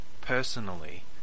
personally